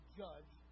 judge